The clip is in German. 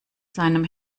seinem